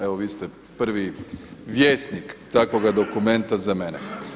Evo, vi ste prvi vjesnik takvoga dokumenta za mene.